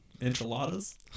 enchiladas